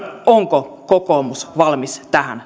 onko kokoomus valmis tähän